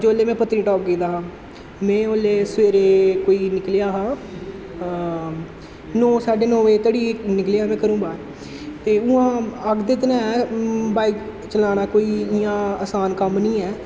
जेल्लै में पत्नीटाप गेदा हा में ओल्लै सवेरै कोई निकलेआ हा नौ साढे नौ बजे दोड़ी निकलेआ में घरों बाह्र ते उ'आं आखदे ते हैन बाइक चलानां कोई इ'यां आसान कम्म निं ऐ